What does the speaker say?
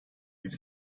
bir